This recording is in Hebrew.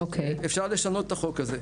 אפשר לשנות את החוק הזה.